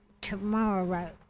tomorrow